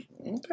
Okay